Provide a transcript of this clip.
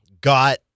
got